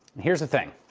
here is the thing,